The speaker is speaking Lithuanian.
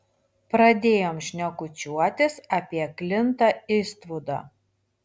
pradėjom šnekučiuotis apie klintą istvudą